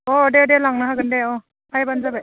अ दे दे लांनो हागोन दे अ फैबानो जाबाय